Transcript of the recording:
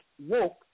woke